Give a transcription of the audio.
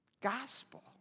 gospel